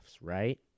right